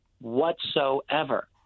whatsoever